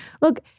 look